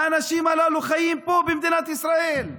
האנשים הללו חיים פה במדינת ישראל.